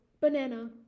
Banana